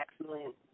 excellent